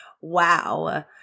wow